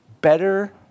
better